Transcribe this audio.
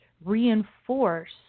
reinforce